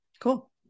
cool